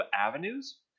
avenues